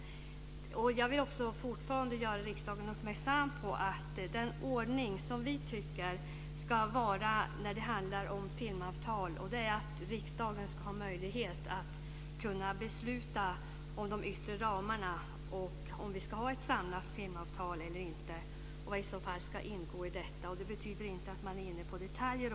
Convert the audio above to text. Jag vill fortfarande göra riksdagen uppmärksam på att den ordning som vi tycker ska gälla för filmavtal är att riksdagen ska ha möjlighet att besluta om de yttre ramarna, om ifall vi ska ha ett samlat filmavtal eller inte och om vad som i så fall ska ingå i detta. Det betyder inte att vi ska gå in och peta på detaljer.